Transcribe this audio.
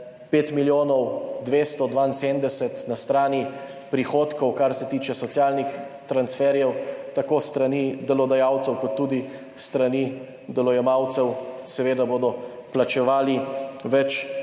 5 milijonov 272 na strani prihodkov, kar se tiče socialnih transferjev, tako s strani delodajalcev kot tudi s strani delojemalcev, seveda bodo plačevali več,